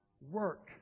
Work